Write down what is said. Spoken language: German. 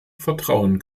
vertrauen